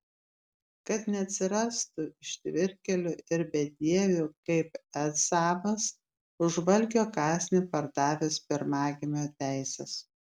kad neatsirastų ištvirkėlių ir bedievių kaip ezavas už valgio kąsnį pardavęs pirmagimio teises